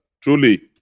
truly